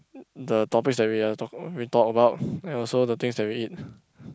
the topics that we are talking we talk about and also the things that we eat